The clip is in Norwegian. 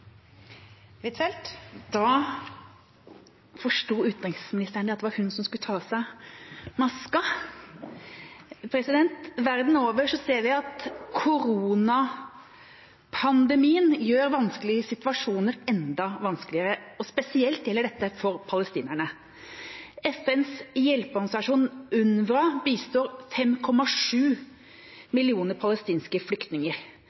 Da forsto utenriksministeren at det var hun som skulle ta av seg maska! Verden over ser vi at koronapandemien gjør vanskelige situasjoner enda vanskeligere, og spesielt gjelder dette for palestinerne. FNs hjelpeorganisasjon UNRWA bistår 5,7 millioner palestinske flyktninger.